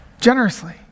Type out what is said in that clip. Generously